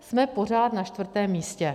Jsme pořád na čtvrtém místě.